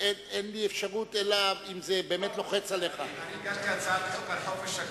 אין לי אפשרות, אלא אם כן זה באמת לוחץ עליך.